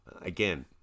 again